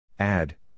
Add